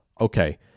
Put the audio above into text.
okay